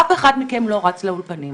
אף אחד מכם לא רץ לאולפנים.